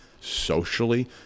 socially